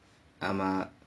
ஆமா:aamaa